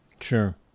Sure